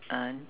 uh